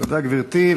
תודה, גברתי.